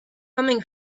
coming